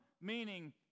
Meaning